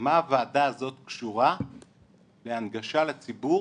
מה הוועדה הזו קשורה להנגשה לציבור